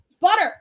Butter